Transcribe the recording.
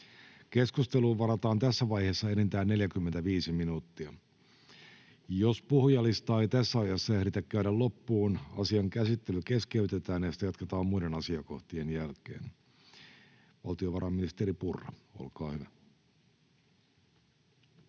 Keskusteluun varataan tässä vaiheessa enintään 45 minuuttia. Jos puhujalistaa ei tässä ajassa ehditä käydä loppuun, asian käsittely keskeytetään ja sitä jatketaan muiden asiakohtien jälkeen. — Valtiovarainministeri Purra, olkaa hyvä.